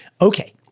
okay